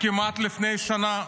כמעט לפני שנה,